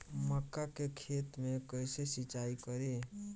मका के खेत मे कैसे सिचाई करी?